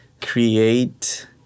create